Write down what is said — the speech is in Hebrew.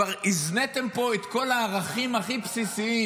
כבר הזניתם פה את כל הערכים הכי בסיסיים,